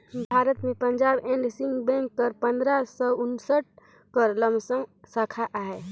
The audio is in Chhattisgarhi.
भारत में पंजाब एंड सिंध बेंक कर पंदरा सव उन्सठ कर लमसम साखा अहे